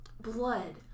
blood